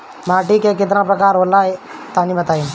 माटी कै प्रकार के होला तनि बताई?